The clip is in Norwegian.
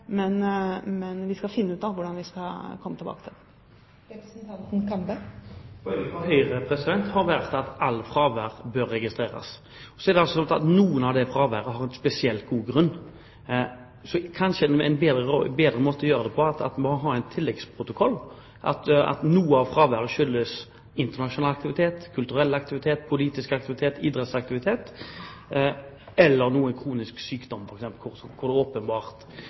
men vi skal finne ut av hvordan vi skal komme tilbake til det. Poenget til Høyre har vært at alt fravær bør registreres. Det er slik at noe av fraværet har man en spesielt god grunn for, så kanskje en bedre måte å gjøre dette på er å ha en tilleggsprotokoll for fravær som f.eks. skyldes internasjonal aktivitet, kulturell aktivitet, politisk aktivitet, idrettsaktivitet, eller kronisk sykdom, altså åpenbart